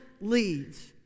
Leads